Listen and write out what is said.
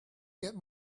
get